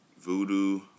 Voodoo